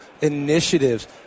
initiatives